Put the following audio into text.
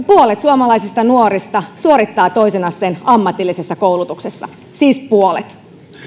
puolet suomalaisista nuorista suorittaa toisen asteen ammatillisessa koulutuksessa siis puolet